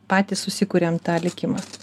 patys susikuriam tą likimą